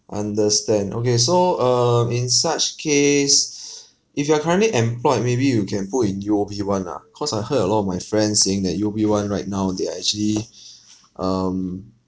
understand okay so um in such case if you are currently employed maybe you can put in U_O_B one ah cause I heard a lot of my friends saying that U_O_B one right now they are actually um